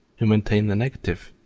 who maintained the negative.